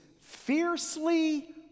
fiercely